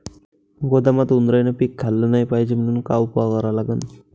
गोदामात उंदरायनं पीक खाल्लं नाही पायजे म्हनून का उपाय करा लागन?